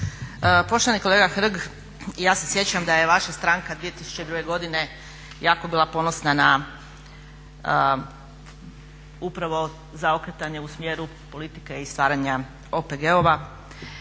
Poštovani kolega Hrg, ja se sjećam da je vaša stranka 2002.godine jako bila ponosna na upravo zaokretanje u smjeru politike i stvaranja OPG-ova.